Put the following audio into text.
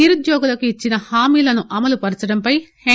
నిరుద్యోగులకు ఇచ్చిన హామీలను అమలు పర్చడంపై ఎన్